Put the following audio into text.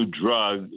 drug